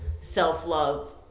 self-love